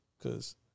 cause